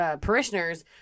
Parishioners